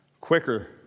quicker